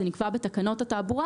זה נמצא בתקנות התעבורה